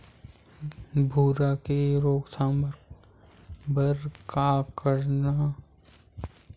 भूरा के रोकथाम बर का करन?